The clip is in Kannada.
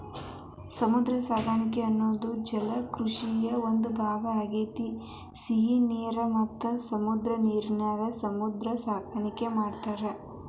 ಸಮುದ್ರ ಸಾಕಾಣಿಕೆ ಅನ್ನೋದು ಜಲಕೃಷಿಯ ಒಂದ್ ಭಾಗ ಆಗೇತಿ, ಸಿಹಿ ನೇರ ಮತ್ತ ಸಮುದ್ರದ ನೇರಿನ್ಯಾಗು ಸಮುದ್ರ ಸಾಕಾಣಿಕೆ ಮಾಡ್ತಾರ